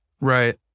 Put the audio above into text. Right